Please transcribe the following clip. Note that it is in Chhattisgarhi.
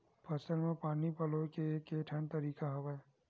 फसल म पानी पलोय के केठन तरीका हवय?